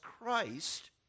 Christ